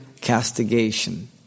castigation